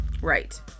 right